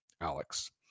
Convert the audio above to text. Alex